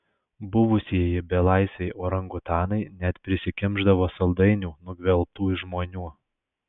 buvusieji belaisviai orangutanai net prisikimšdavo saldainių nugvelbtų iš žmonių